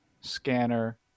scanner